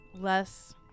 less